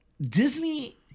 Disney